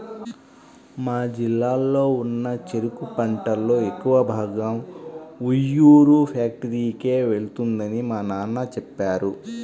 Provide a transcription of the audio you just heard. మా జిల్లాలో ఉన్న చెరుకు పంటలో ఎక్కువ భాగం ఉయ్యూరు ఫ్యాక్టరీకే వెళ్తుందని మా నాన్న చెప్పాడు